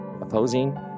opposing